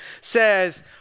says